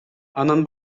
анан